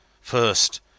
First